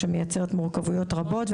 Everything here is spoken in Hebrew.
שמייצרת מורכבויות רבות,